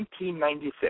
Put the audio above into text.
1996